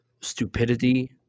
stupidity